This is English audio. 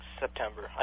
September